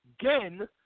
Again